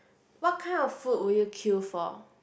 what kind of food would you queue for